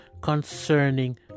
concerning